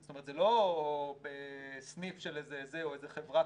זה לא סניף של איזה זה או חברה,